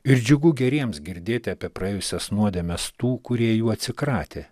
ir džiugu geriems girdėti apie praėjusias nuodėmes tų kurie jų atsikratė